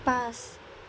পাঁচ